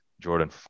Jordan